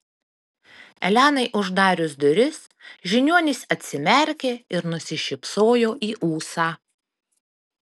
elenai uždarius duris žiniuonis atsimerkė ir nusišypsojo į ūsą